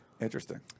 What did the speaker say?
Interesting